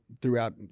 throughout